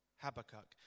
Habakkuk